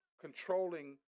controlling